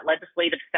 legislative